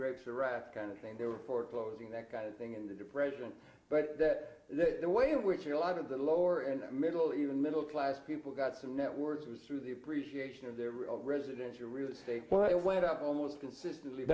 grapes of wrath kind of thing they were foreclosing that kind of thing in the depression but that led the way in which a lot of the lower and middle even middle class people got some networkers through the appreciation of their residential real estate well they went up almost consistently